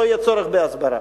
לא יהיה צורך בהסברה.